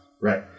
Right